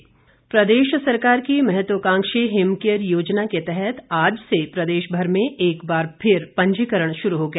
हिमकेयर प्रदेश सरकार की महत्वकांक्षी हिमकेयर योजना के तहत आज से प्रदेश भर में एक बार फिर पंजीकरण शुरू हो गया